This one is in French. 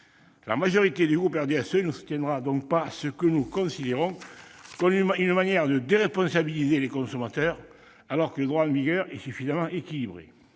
La majorité du groupe du RDSE ne soutiendra donc pas ce que nous considérons comme une manière de déresponsabiliser les consommateurs, alors que le droit en vigueur est suffisamment équilibré.